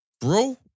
Bro